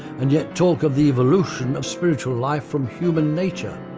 and yet talk of the evolution of spiritual life from human nature.